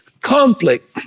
conflict